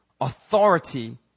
authority